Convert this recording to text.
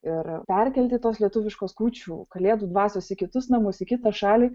ir perkelti tos lietuviškos kūčių kalėdų dvasios į kitus namus į kitą šalį